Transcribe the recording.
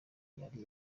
yari